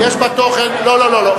לא, לא.